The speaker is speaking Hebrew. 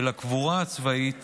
ולקבורה הצבאית